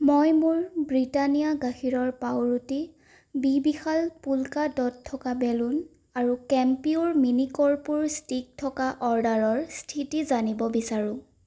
মই মোৰ ব্ৰিটানিয়া গাখীৰৰ পাওৰুটি বি বিশাল পোল্কা ড'ট থকা বেলুন আৰু কেম্পিউৰ মিনি কৰ্পূৰ ষ্টিক থকা অৰ্ডাৰৰ স্থিতি জানিব বিচাৰো